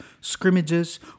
scrimmages